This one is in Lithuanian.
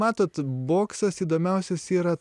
matot boksas įdomiausias yra